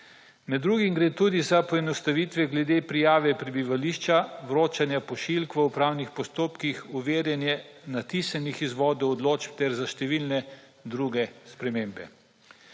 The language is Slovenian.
Med drugim gre tudi za poenostavitve glede prijave prebivališča, vročanja pošiljk v upravnih postopkih, overjanje natisnjenih izvodov odločb ter za številne druge spremembe.